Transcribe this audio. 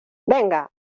venga